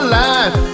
life